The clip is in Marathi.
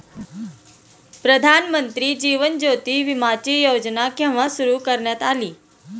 प्रधानमंत्री जीवन ज्योती विमाची योजना केव्हा सुरू करण्यात आली?